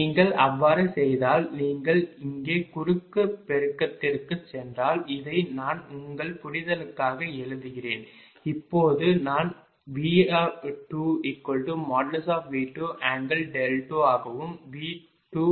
நீங்கள் அவ்வாறு செய்தால் நீங்கள் இங்கே குறுக்கு பெருக்கத்திற்குச் சென்றால் இதை நான் உங்கள் புரிதலுக்காக எழுதுகிறேன் இப்போது நான் V2V22 ஆகவும் V2V2∠